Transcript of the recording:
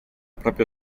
propria